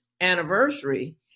anniversary